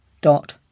dot